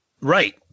Right